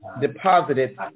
deposited